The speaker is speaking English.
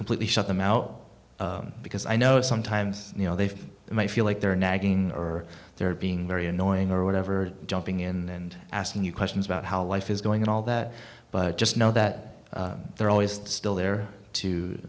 completely shut them out because i know sometimes you know they've they may feel like they're nagging or they're being very annoying or whatever jumping in and asking you questions about how life is going and all that but just know that they're always still there to